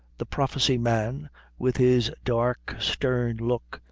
the prophecy-man, with his dark, stern look,